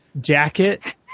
jacket